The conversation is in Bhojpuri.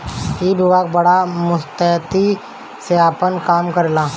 ई विभाग बड़ा मुस्तैदी से आपन काम करेला